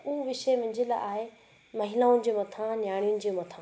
त हू विषय मुंहिंजे लाइ आहे महिलाउनि जे मथां नियाणियुनि जे मथां